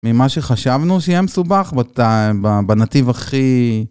ממה שחשבנו שיהיה מסובך בת... בנתיב הכי...